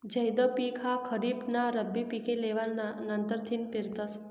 झैद पिक ह्या खरीप नी रब्बी पिके लेवा नंतरथिन पेरतस